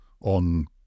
on